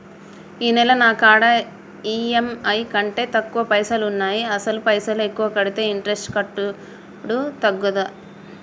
ఈ నెల నా కాడా ఈ.ఎమ్.ఐ కంటే ఎక్కువ పైసల్ ఉన్నాయి అసలు పైసల్ ఎక్కువ కడితే ఇంట్రెస్ట్ కట్టుడు తగ్గుతదా?